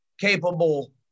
capable